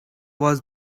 was